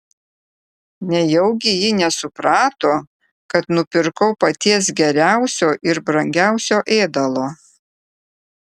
nejaugi ji nesuprato kad nupirkau paties geriausio ir brangiausio ėdalo